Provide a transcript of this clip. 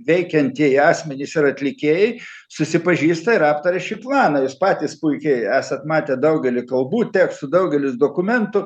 veikiantieji asmenys ir atlikėjai susipažįsta ir aptaria šį planą jūs patys puikiai esat matę daugelį kalbų tekstų daugelis dokumentų